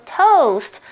toast